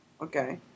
Okay